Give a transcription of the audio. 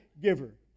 giver